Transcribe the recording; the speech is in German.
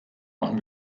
machen